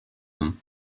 them